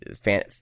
fan